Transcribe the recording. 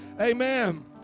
Amen